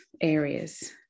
areas